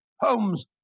Holmes